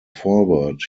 forward